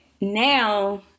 Now